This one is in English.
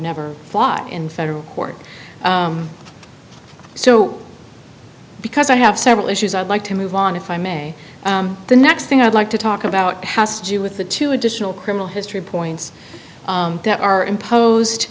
never fly in federal court so because i have several issues i'd like to move on if i may the next thing i'd like to talk about has to with the two additional criminal history points that are imposed